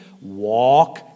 Walk